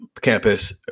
campus